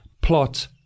plot